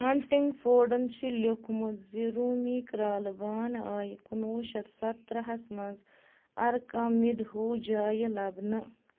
hunting فورڈن چھِ لیوکھمُت زِ روٗمی کرالہٕ بانہٕ آیہِ کُنوُہ شَتھ سَترٕہس منٛز اَركامِدھوٗ جایہِ لبنہٕ